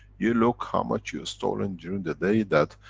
you look how much you've stolen during the day, that,